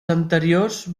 anteriors